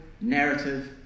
narrative